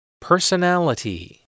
Personality